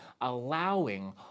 allowing